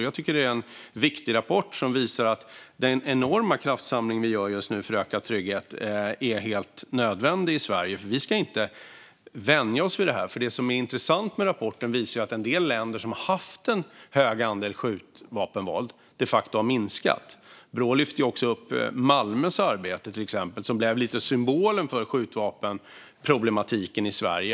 Jag tycker att det är en viktig rapport som visar att den enorma kraftsamling vi just nu gör för ökad trygghet är helt nödvändig i Sverige. Vi ska inte vänja oss vid detta. Det som är intressant med rapporten är att den visar att skjutvapenvåldet i en del länder som har haft en hög andel skjutvapenvåld de facto har minskat. Brå lyfter också upp till exempel arbetet i Malmö, som lite blev symbolen för skjutvapenproblematiken i Sverige.